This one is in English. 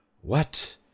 What